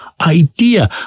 idea